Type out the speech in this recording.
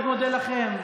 אני מאוד מודה לכם,